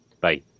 Bye